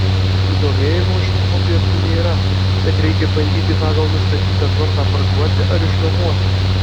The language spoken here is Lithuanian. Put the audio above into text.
susidomėjimo šiuo objektu nėra bet reikia bandyti pagal nustatytą tvarką parduoti ar išnuomoti